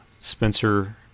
Spencer